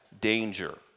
danger